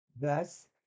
Thus